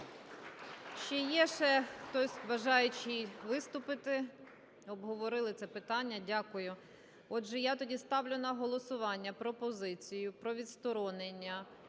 Чи є ще хтось бажаючий виступити? Обговорили це питання. Дякую. Отже, я тоді ставлю на голосування пропозицію про відсторонення